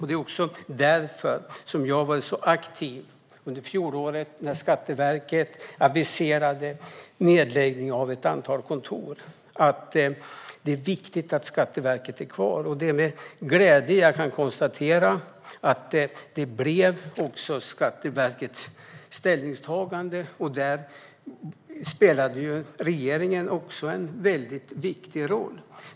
Det är också därför jag var mycket aktiv under fjolåret när Skatteverket aviserade nedläggning av ett antal kontor. Det är viktigt att Skatteverket är kvar, och det är med glädje jag kan konstatera att det också blev Skatteverkets ställningstagande. Där spelade även regeringen en viktig roll.